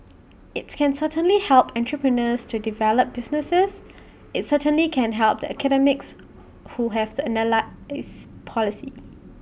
IT can certainly help entrepreneurs to develop businesses IT certainly can help the academics who have to analyse policy